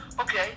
Okay